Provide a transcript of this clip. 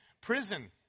prison